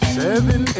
seven